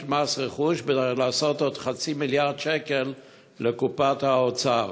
מס רכוש ולעשות עוד חצי מיליארד שקל לקופת האוצר.